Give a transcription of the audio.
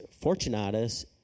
Fortunatus